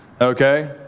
okay